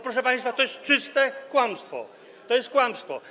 Proszę państwa, to jest czyste kłamstwo, to jest kłamstwo.